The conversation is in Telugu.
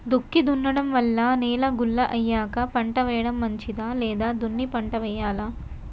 దుక్కి దున్నడం వల్ల నేల గుల్ల అయ్యాక పంట వేయడం మంచిదా లేదా దున్ని పంట వెయ్యాలా?